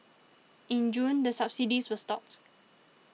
in June the subsidies were stopped